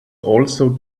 also